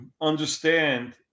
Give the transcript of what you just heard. understand